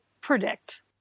predict